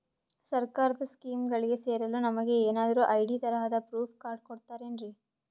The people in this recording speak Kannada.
ಸರ್ಕಾರದ ಸ್ಕೀಮ್ಗಳಿಗೆ ಸೇರಲು ನಮಗೆ ಏನಾದ್ರು ಐ.ಡಿ ತರಹದ ಪ್ರೂಫ್ ಕಾರ್ಡ್ ಕೊಡುತ್ತಾರೆನ್ರಿ?